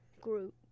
group